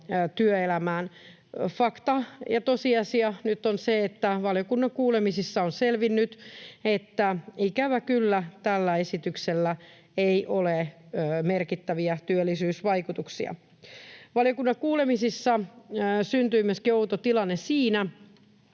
työelämään. Fakta ja tosiasia nyt on se, että valiokunnan kuulemisissa on selvinnyt, että ikävä kyllä, tällä esityksellä ei ole merkittäviä työllisyysvaikutuksia. Valiokunnan kuulemisissa syntyi myöskin outo tilanne siinä,